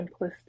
simplistic